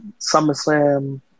SummerSlam